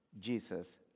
Jesus